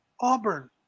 Auburn